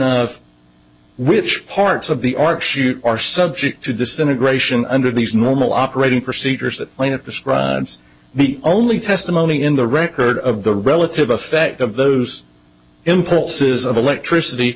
of which parts of the art shoot are subject to disintegration under these normal operating procedures that limit the strides the only testimony in the record of the relative effect of those impulses of electricity